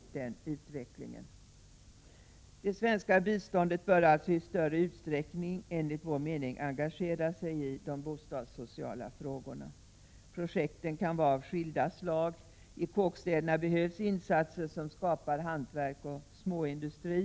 Det svenska biståndet bör alltså enligt vår mening i större utsträckning engagera sig i de bostadssociala frågorna. Projekten kan vara av skilda slag. I kåkstäderna behövs insatser som skapar hantverk och småindustri.